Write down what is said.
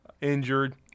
injured